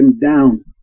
down